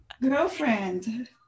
Girlfriend